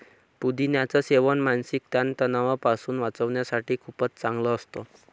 पुदिन्याच सेवन मानसिक ताण तणावापासून वाचण्यासाठी खूपच चांगलं असतं